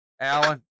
Alan